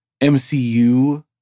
MCU